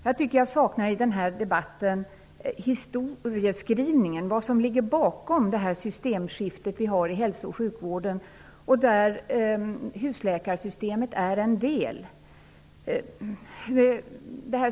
Jag saknar i denna debatt en historieskrivning, en redogörelse för vad som ligger bakom systemskiftet inom hälso och sjukvården, varav husläkarsystemet är en del.